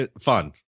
fun